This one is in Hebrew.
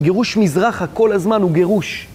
גירוש מזרחה כל הזמן הוא גירוש.